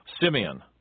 Simeon